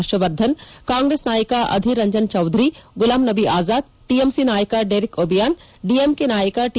Harshvardhan Congress ನಾಯಕ Adhir Ranjan Chowdhury Ghulam Nabi Azad TMC ನಾಯಕ Derek O'Brien DMK ನಾಯಕ ಟಿ